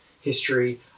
history